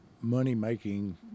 money-making